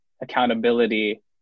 accountability